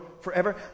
forever